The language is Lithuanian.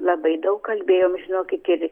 labai daug kalbėjom žinokit ir